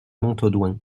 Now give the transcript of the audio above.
montaudoin